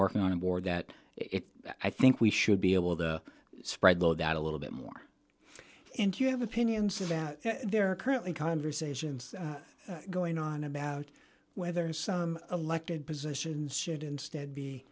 working on a board that it i think we should be able to spread though that a little bit more and you have opinions about there are currently conversations going on about whether some elected positions should instead be